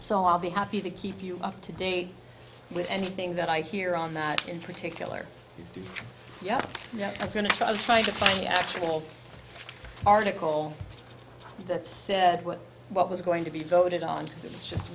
so i'll be happy to keep you up to date with anything that i hear on that in particular yeah yeah i'm going to i was trying to find the actual article that said what what was going to be voted on because it's just